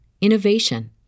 innovation